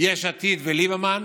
יש עתיד וליברמן,